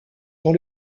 dans